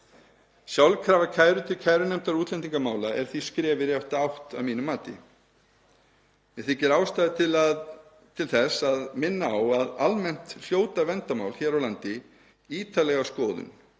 Sjálfkrafa kærur til kærunefndar útlendingamála eru því skref í rétta átt að mínu mati. Mér þykir ástæða til þess að minna á að almennt hljóta verndarmál hér á landi ítarlega skoðun,